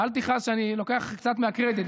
אל תכעס שאני לוקח קצת מהקרדיט,